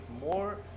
more